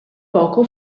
poco